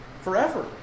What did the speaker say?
forever